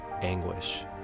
anguish